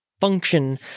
function